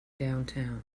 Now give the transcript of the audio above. downtown